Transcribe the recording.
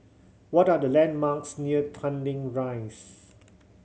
what are the landmarks near Tanglin Rise